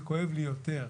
זה כואב לי יותר.